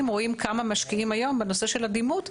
רואים כמה משקיעים היום בנושא של הדימות.